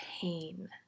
pain